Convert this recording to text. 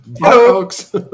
folks